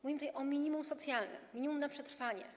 Mówimy tutaj o minimum socjalnym, minimum na przetrwanie.